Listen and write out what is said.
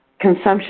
Consumption